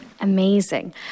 amazing